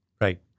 Right